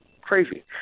Crazy